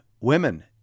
women